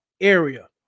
area